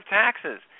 taxes